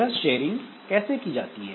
यह शेयरिंग कैसे की जाएगी